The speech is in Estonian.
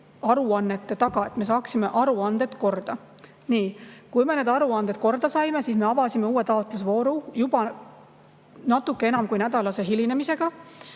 aruannete taga, me pidime saama aruanded korda. Kui me need aruanded korda saime, siis me avasime uue taotlusvooru juba natuke enam kui nädalase hilinemisega.